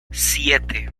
siete